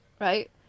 Right